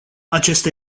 acesta